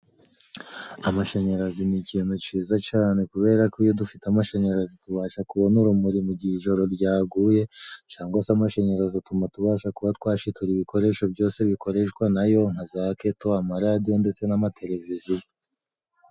Amashanyarazi ni ikintu ciza cane kubera ko iyo dufite amashanyarazi tubasha kubona urumuri mu gihe ijoro ryaguye cangwa se amashanyarazi atuma tubasha kuba twashitura ibikoresho byose bikoreshwa nayo nka zaketo amaradiyo ndetse n'amateleviziyo.